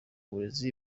burezi